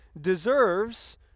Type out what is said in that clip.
deserves